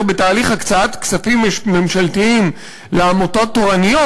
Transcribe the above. בתהליך הקצאת כספים ממשלתיים לעמותות תורניות,